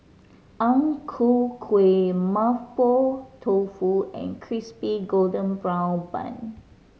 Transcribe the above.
Ang Ku Kueh Mapo Tofu and Crispy Golden Brown Bun